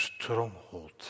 stronghold